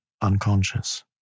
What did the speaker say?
unconscious